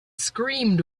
screamed